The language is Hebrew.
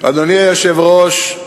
אדוני היושב-ראש,